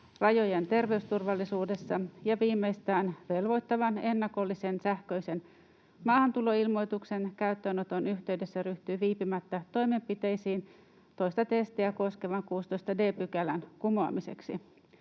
rajojen terveysturvallisuudessa ja viimeistään velvoittavan ennakollisen sähköisen maahantuloilmoituksen käyttöönoton yhteydessä ryhtyy viipymättä toimenpiteisiin toista testiä koskevan 16 d §:n kumoamiseksi.”